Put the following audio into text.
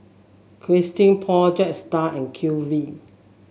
Christian Paul Jetstar and Q V